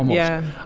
yeah.